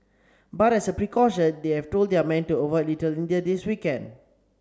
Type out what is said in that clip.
but as a precaution they have told their men to avoid Little India this weekend